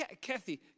Kathy